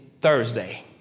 Thursday